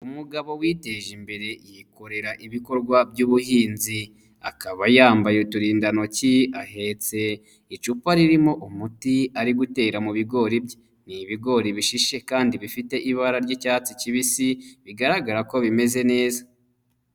Umugabo witeje imbere yikorera ibikorwa by'ubuhinzi, akaba yambaye uturindantoki, ahetse icupa ririmo umuti, ari gutera mu bigori, ni ibigori bishishe kandi bifite ibara ry'icyatsi kibisi, bigaragara ko bimeze neza.